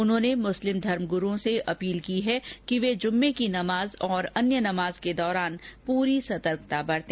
उन्होंने मुस्लिम धर्मग्रूओं से अपील की है कि वे जुम्मे की नमाज और अन्य नमाज के दौरान पूरी सतर्कता बरते